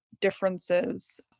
differences